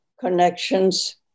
connections